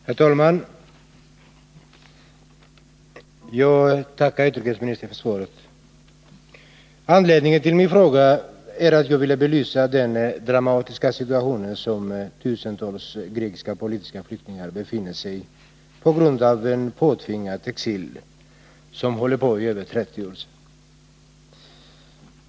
Herr talman! Jag tackar utrikesministern för svaret. Anledningen till min fråga är att jag ville belysa den dramatiska situation som tusentals grekiska politiska flyktingar befinner sig i på grund av en påtvingad exil, som har varat i över 30 år.